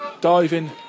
diving